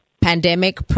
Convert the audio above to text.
Pandemic